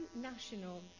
national